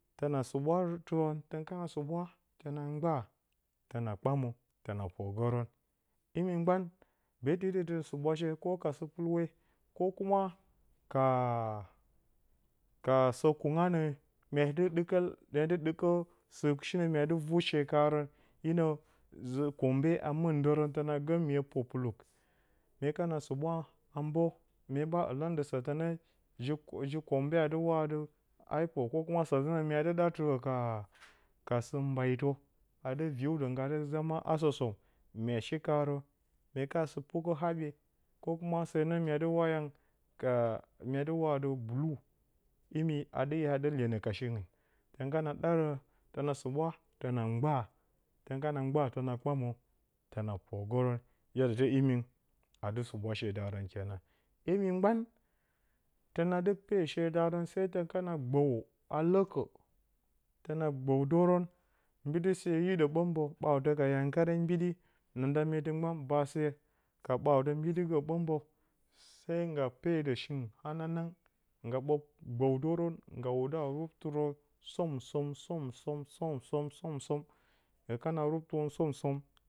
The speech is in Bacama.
Tǝna suɓwatɨrǝn tǝn kana suɓwa tǝna mgbaa tǝna kpamǝ tǝna porgǝrǝn imimgban beetɨ ite tǝn suɓwashe ko ka sɨmpɨlwe ko ka sǝ kunga nǝ mya dɨ ɗɨkǝ mya dɨ ɗɨk mya dɨ ɗɨkǝ sɨ shinǝ mya dɨ vut shee kaarǝn inǝ ji-kombe a mɨndǝrǝn tǝna gǝ miye pupuluk mye kana suɓwa mbǝǝ ye ɓa ɨla nzɨ sǝtǝnǝ ji-kombe a ɨ wa atɨ hypo ko kuma sǝtɨnǝ mya dɨ ɗatɨrǝ kasɨ mbaitǝ a dɨ viriwdǝ ngga dɨ zama asǝ som mya shikarǝ. mye kana sɨ pukǝ haɓye ko kuma se nǝ mya dɨ wa yang ka wa dɨ wa atɨ bɨlui a dɨ iya a dɨ lyenǝ ka shingɨn. tǝn kana ɗǝrǝ tuna suɓwa tǝn mgbaa. tǝn kana mbaa tǝna kpamǝ tǝnǝ porgǝrǝn yadate imi a dɨ suɓwagǝ shee daarǝn kenan. Imi mgban tǝna dɨ pe shee daarǝn se tǝn kana gbǝwo a lǝkǝ tǝna gbǝwdǝrǝn mbiɗise hiɗǝ ɓǝmbǝ ɓawtǝ ka yangkare mbiɗi and meta mgban baase ka ɓarawtǝ mbiɗigǝrǝ ɓǝmbǝ, se ngga pedǝ shingɨn hananang ngga ɓǝ gbǝwdǝrǝn ngaa shea wudǝ a rubtɨrǝn som-som som-om som-som som-som nggɨ kana rubtɨrǝn som-som